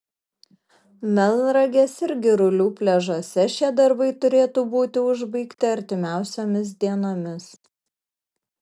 melnragės ir girulių pliažuose šie darbai turėtų būti užbaigti artimiausiomis dienomis